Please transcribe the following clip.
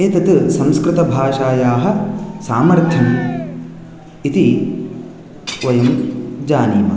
एतत् संस्कृतभाषायाः सामर्थ्यम् इति वयं जानीमः